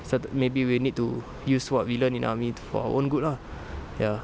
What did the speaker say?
certai~ maybe we'll need to use what we learn in army for our own good lah ya